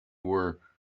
were